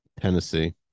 Tennessee